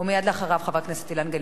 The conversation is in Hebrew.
ומייד אחריו, חבר הכנסת אילן גילאון.